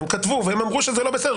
הם כתבו והם אמרו שזה לא בסדר.